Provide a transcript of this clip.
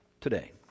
today